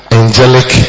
angelic